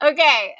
Okay